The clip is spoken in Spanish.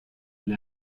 del